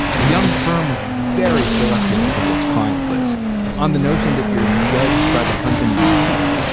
the young firm was very selective about its client list on the notion that you're judged by the company you keep.